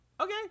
okay